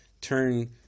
turn